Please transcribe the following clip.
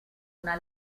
una